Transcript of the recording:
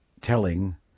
telling